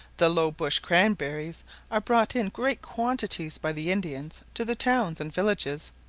the low-bush cranberries are brought in great quantities by the indians to the towns and villages.